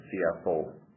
CFO